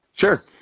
Sure